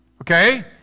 Okay